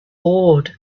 awed